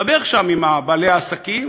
נדבר שם עם בעלי העסקים,